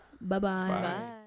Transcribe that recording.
Bye-bye